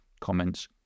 comments